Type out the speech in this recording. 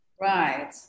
Right